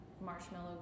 marshmallow